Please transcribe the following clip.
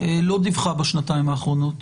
לא דיווחה בשנתיים האחרונות,